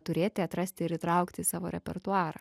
turėti atrasti ir įtraukti į savo repertuarą